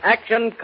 Action